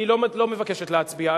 היא לא מבקשת להצביע.